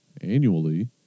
annually